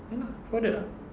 ya lah like that lah